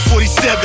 47